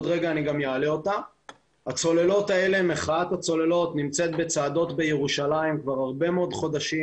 מחאת הצוללות נמצאת בצעדות בירושלים כבר הרבה מאוד חודשים.